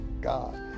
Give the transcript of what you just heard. God